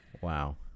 wow